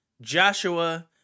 Joshua